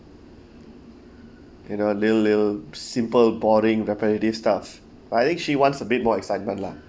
you know little little simple boring repetitive stuff but I think she wants a bit more excitement lah